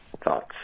Thoughts